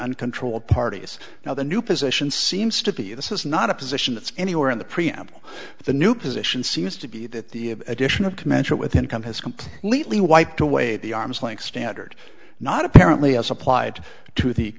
uncontrolled parties now the new position seems to be this is not a position it's anywhere in the preamble to the new position seems to be that the addition of commensurate with income has completely wiped away the arm's length standard not apparently as applied to the